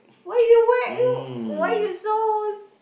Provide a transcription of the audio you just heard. why you why you why you so